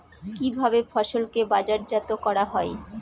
কিভাবে ফসলকে বাজারজাত করা হয়?